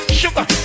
sugar